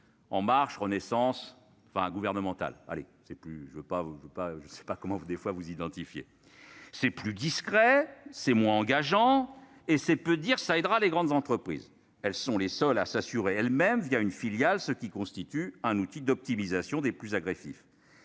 en marche renaissance enfin gouvernementale allez c'est plus, je veux pas vous ne veut pas, je sais pas comment, vous, des fois vous identifier, c'est plus discret, c'est moins engageant et c'est peu dire ça aidera les grandes entreprises, elles sont les seules à s'assurer elles-mêmes, via une filiale, ce qui constitue un outil d'optimisation des plus agressifs,